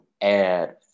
add